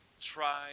try